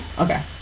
Okay